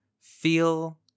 feel